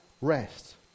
rest